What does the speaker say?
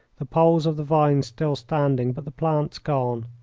the poles of the vines still standing, but the plants gone.